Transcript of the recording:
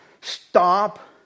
stop